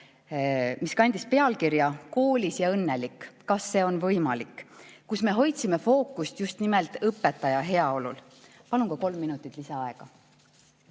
mis kandis pealkirja "Koolis ja õnnelik, kas see on võimalik?", kus me hoidsime fookust just nimelt õpetaja heaolul. Palun ka kolm minutit lisaaega.